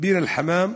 ביר-אל-חמאם,